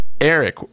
Eric